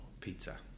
pizza